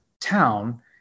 town